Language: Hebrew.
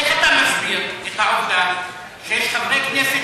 איך אתה מסביר את העובדה שיש חברי כנסת